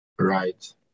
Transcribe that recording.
Right